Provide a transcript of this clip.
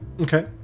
Okay